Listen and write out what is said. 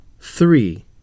Three